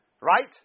Right